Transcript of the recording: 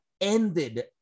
ended